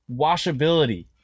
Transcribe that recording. washability